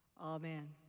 Amen